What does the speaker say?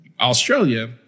Australia